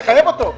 תחייב אותו,